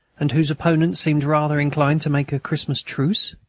and whose opponents seemed rather inclined to make a christmas truce?